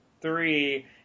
three